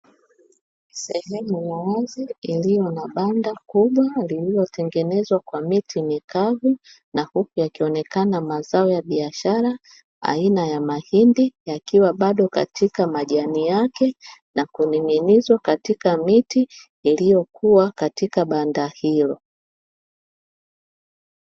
Sehemu ya wazi iliyo na banda kubwa lililotengenezwa kwa miti mikavu, na huku yakionekana mazao ya biashara aina ya mahindi yakiwa bado katika majani yake, na kuning'nizwa katika miti iliyokuwa katika banda hilo.